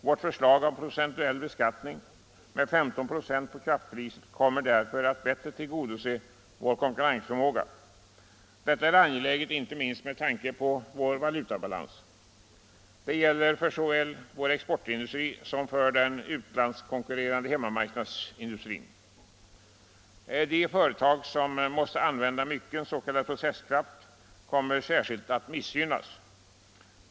Vårt förslag om procentuell beskattning med 15 96 på kraftpriset kommer därför att bättre tillgodose vår konkurrensförmåga. Detta är angeläget inte minst med tanke på vår valutabalans. Det gäller såväl för vår exportindustri som för den utlandskonkurrerande hemmamarknadsindustrin. De företag som måste använda mycken s.k. processkraft kommer särskilt att missgynnas.